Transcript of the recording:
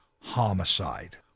homicide